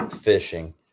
fishing